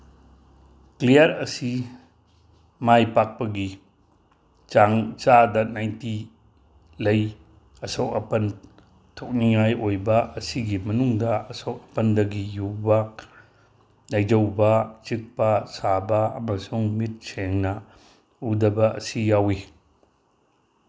clear ꯑꯁꯤ ꯃꯥꯏ ꯄꯥꯛꯄꯒꯤ ꯆꯥꯡ ꯆꯥꯗ ꯅꯥꯏꯟꯇꯤ ꯂꯩ ꯑꯁꯣꯛ ꯑꯄꯟ ꯊꯣꯛꯅꯤꯉꯥꯏ ꯑꯣꯏꯕ ꯑꯁꯤꯒꯤ ꯃꯅꯨꯡꯗ ꯑꯁꯣꯛ ꯑꯄꯟꯗꯒꯤ ꯌꯨꯕ ꯂꯥꯏꯖꯧꯕ ꯆꯤꯛꯄ ꯁꯥꯕ ꯑꯃꯁꯨꯡ ꯃꯤꯠ ꯁꯦꯡꯅ ꯎꯗꯕ ꯑꯁꯤ ꯌꯥꯎꯋꯤ